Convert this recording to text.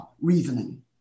reasoning